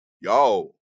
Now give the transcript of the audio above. yo